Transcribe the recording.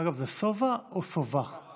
אגב, זה סובה במלעיל או סובה במלרע?